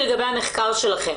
המחקר שלכם,